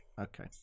Okay